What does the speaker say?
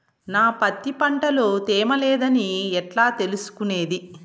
నా పత్తి పంట లో తేమ లేదని ఎట్లా తెలుసుకునేది?